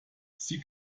sie